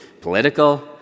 political